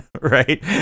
right